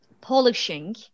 polishing